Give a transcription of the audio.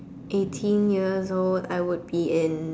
eighteen years old I would be in